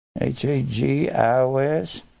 H-A-G-I-O-S